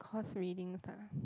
course readings lah